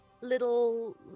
little